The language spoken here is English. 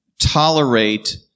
tolerate